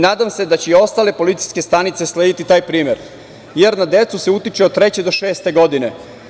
Nadam se da će i ostale policijske stanice slediti taj primer, jer na decu se utiče od treće do šeste godine.